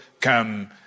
come